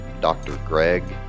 drgreg